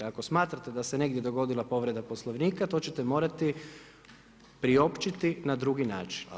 Ako smatrate da se negdje dogodila povreda Poslovnika to ćete morati priopćiti na drugi način.